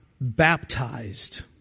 baptized